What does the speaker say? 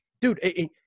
Dude